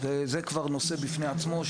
זה כבר נושא בעצמו,